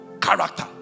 character